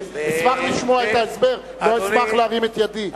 אשמח לשמוע את ההסבר, לא אשמח להרים את ידי.